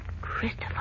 Christopher